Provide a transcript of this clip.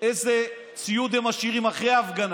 איזה ציוד הם משאירים אחרי ההפגנה.